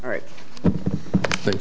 right thank